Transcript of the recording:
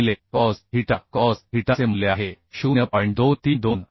15 गुणिले cos theta cos थीटाचे मूल्य आहे 0